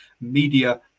media